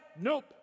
Nope